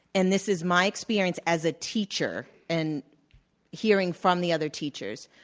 and this is my experience as a teacher, and hearing from the other teachers,